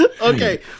Okay